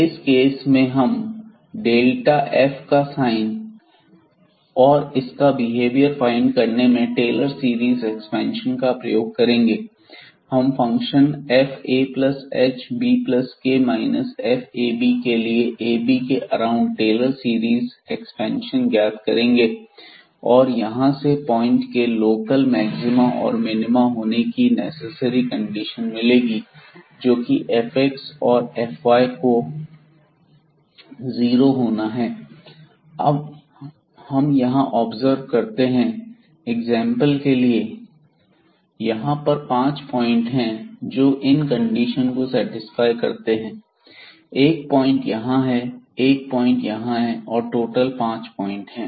इस केस में हम डेल्टा f का साइन और इसका बिहेवियर फाइंड करने में टेलर सीरीज एक्सपेंशन का प्रयोग करेंगे हम फंक्शन fahbk fab के लिए ab के अराउंड टेलर सीरीज एक्सपेंशन ज्ञात करेंगे और यहां से पॉइंट ab के लोकल मैक्सिमा और मिनिमा होने की नेसेसरी कंडीशन मिलेगी जोकि fxabऔर fyab का जीरो होना है हम यहां ऑब्जर्व करते हैं एग्जांपल के लिए यहां पर 5 पॉइंट हैं जो इन कंडीशन को सेटिस्फाई करते हैं एक पॉइंट यहाँ है 1 पॉइंट यहां है और टोटल 5 पॉइंट है